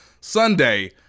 Sunday